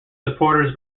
supporters